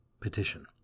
Petition